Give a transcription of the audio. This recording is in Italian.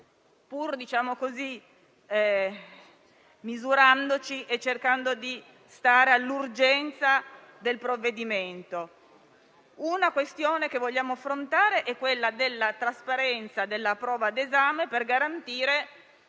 direzione, pur misurandoci e cercando di tener conto dell'urgenza del provvedimento. Una questione che vogliamo affrontare è quella della trasparenza della prova d'esame per garantire